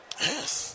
Yes